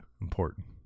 important